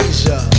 Asia